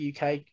UK